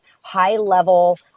high-level